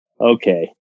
okay